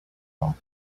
all